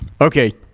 Okay